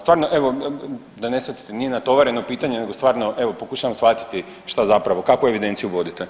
Stvarno evo da ne shvatite nije natovareno pitanje nego stvarno evo pokušavam shvatiti šta zapravo, kakvu evidenciju vodite.